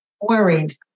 Worried